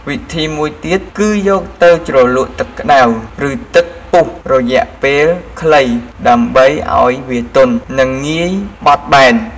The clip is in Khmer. វិធីមួយទៀត គឺយកទៅជ្រលក់ទឹកក្តៅ ឬទឹកពុះរយៈពេលខ្លីដើម្បីឱ្យវាទន់ និងងាយបត់បែន។